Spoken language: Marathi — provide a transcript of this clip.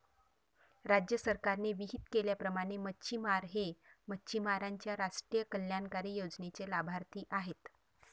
राज्य सरकारने विहित केल्याप्रमाणे मच्छिमार हे मच्छिमारांच्या राष्ट्रीय कल्याणकारी योजनेचे लाभार्थी आहेत